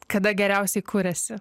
kada geriausiai kuriasi